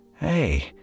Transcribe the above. Hey